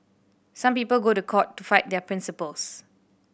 some people go to court to fight their principles